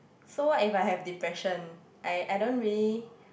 so what if I have depression I I don't really